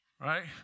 right